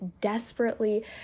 desperately